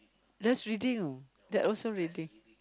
that's reading that also reading